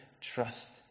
trust